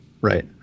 right